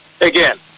again